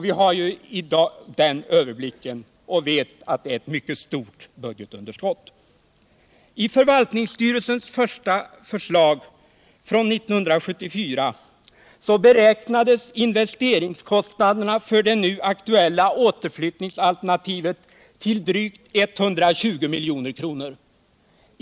Vi har i dag den överblicken och vet att det blir ett mycket stort budgetunderskott. I förvaltningsstyrelsens första förslag från 1974 beräknas investeringskostnaderna för det nu aktuella återflyttningsalternativet till drygt 120 milj.kr.